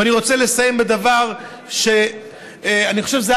ואני רוצה לסיים בדבר שאני חושב שזה היה